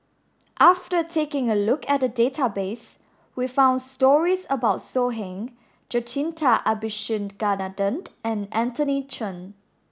after taking a look at the database we found stories about So Heng Jacintha Abisheganaden and Anthony Chen